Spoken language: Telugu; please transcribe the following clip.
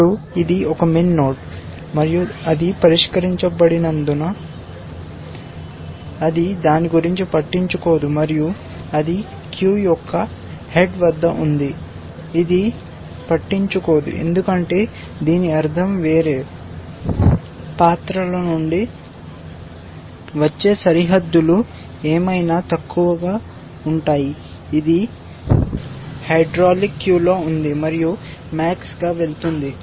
ఇప్పుడు ఇది ఒక min నోడ్ మరియు అది పరిష్కరించబడినందున అది దాని గురించి పట్టించుకోదు మరియు అది క్యూ యొక్క హెడ్ వద్ద ఉంది ఇది పట్టించుకోదు ఎందుకంటే దీని అర్థం వేరే ప్రాంతాల నుండి వచ్చే సరిహద్దులు ఏమైనా తక్కువగా ఉంటాయి ఇది హైడ్రాలిక్ క్యూలో ఉంది మరియు max గా వెళ్తుంది